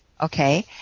Okay